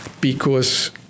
because-